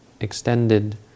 extended